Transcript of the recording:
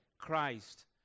Christ